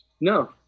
no